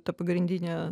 tą pagrindinę